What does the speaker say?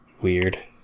weird